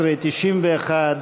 תקציבי 91,